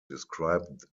described